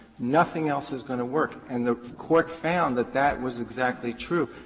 nothing else is going to work, and the court found that that was exactly true.